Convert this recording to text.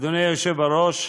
אדוני היושב-ראש,